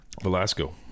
Velasco